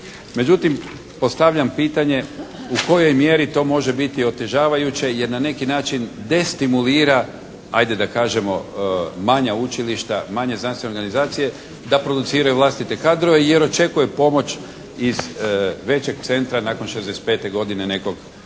Međutim postavljam pitanje u kojoj mjeri to može biti otežavajući jer na neki način destimulira ajde da kažemo manja učilišta, manje znanstvene organizacije da produciraju vlastite kadrove jer očekuje pomoć iz većeg centra nakon 65 godine nekog